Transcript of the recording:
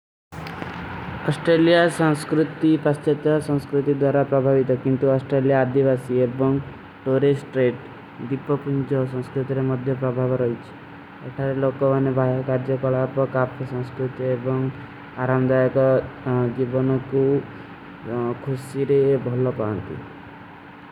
ଅସ୍ଟେଲିଯା ସଂସ୍କୃତି ପସ୍ଚତ୍ର ସଂସ୍କୃତି ଦ୍ଵରା ପଭଵୀଦ ଥା, କିନ୍ଟୋ ଅସ୍ଟେଲିଯା ଅଧ୍ଯଵାସୀ ଏବଂ ଟୋରେଶ ତ୍ରେଟ। ଦିପ୍ପକୁଞ୍ଚଵ ସଂସ୍କୃତି ରେ ମଦ୍ଯ ପଭଵର ହୈ ଇଚ। ଅଥାଲେ ଲୋଗୋ ଵାନେ ଭାଯା କାର୍ଜ କଲାପକ।